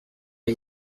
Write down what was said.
pas